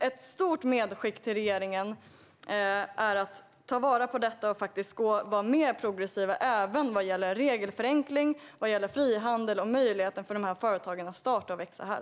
Ett stort medskick till regeringen är att ta vara på detta och att vara mer progressiv även vad gäller regelförenkling, frihandel och möjligheten för företagen att starta och växa här.